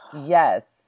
yes